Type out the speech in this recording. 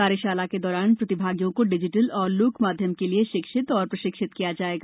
कार्यशाला के दौरान प्रतिभागियों को डिजिटल एवं लोक माध्यम के लिये शिक्षित एवं प्रशिक्षित किया जायेगा